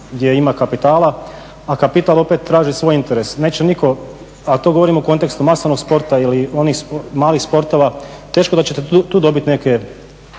gdje ima kapitala, a kapital opet traži svoj interes. Neće nitko, a to govorim u kontekstu masovnog sporta ili onih malih sportova, teško da ćete tu dobiti neke